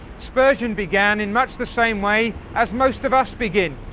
spurgeon began in much the same way as most of us begin,